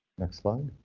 next slide.